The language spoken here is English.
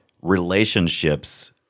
relationships